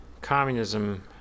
communism